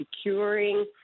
securing